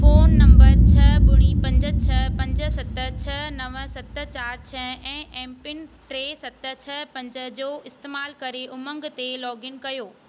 phone number छह ॿुड़ी पंज छह पंज सत छह नव सत चारि छह ऐं एम पिन टे सत छह पंज जो इस्तैमाल करे उमंग ते लोगइन कयो